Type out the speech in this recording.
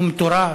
שהוא מטורף,